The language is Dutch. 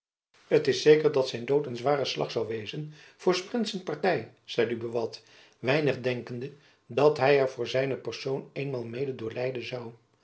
t is zeker dat zijn dood een zware slag zoû wezen voor s prinsen party zeide buat weinig denkende dat hy er voor zijne persoon eenmaal mede door lijden zoû